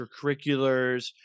extracurriculars